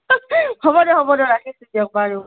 হ'ব দিয়ক হ'ব দিয়ক ৰাখিছোঁ দিয়ক বাৰু